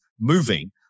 moving